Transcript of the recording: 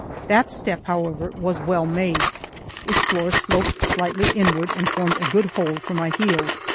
that step, however, was well made its floor sloped slightly inward and formed a good hold for my heels.